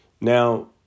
Now